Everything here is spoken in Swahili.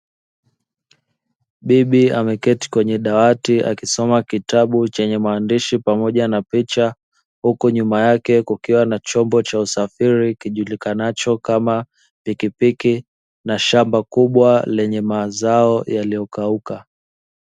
Bibi ameketi kwenye dawati akisoma kitabu chenye maandishi pamoja na picha, huku nyuma yake kukiwa na chombo cha usafiri kijulikanacho kama pikipiki na shamba kubwa lenye mazao yaliyokauka.